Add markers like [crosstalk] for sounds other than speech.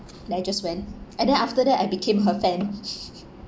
then I just went and then after that I became her fan [laughs]